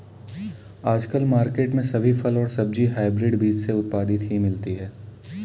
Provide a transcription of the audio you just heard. आजकल मार्केट में सभी फल और सब्जी हायब्रिड बीज से उत्पादित ही मिलती है